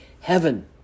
heaven